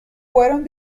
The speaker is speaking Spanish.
fueron